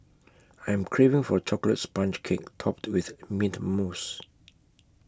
I am craving for A Chocolate Sponge Cake Topped with Mint Mousse